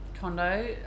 Condo